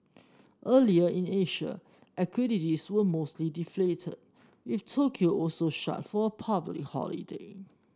earlier in Asia equities were mostly deflated with Tokyo also shut for a public holiday